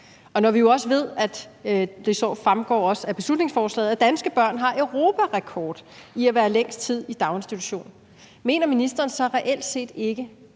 når vi jo også ved – det fremgår også af beslutningsforslaget – at danske børn har europarekord i at være længst tid i daginstitution, mener ministeren så reelt set ikke,